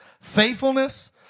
faithfulness